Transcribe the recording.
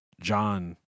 John